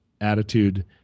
attitude